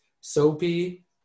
soapy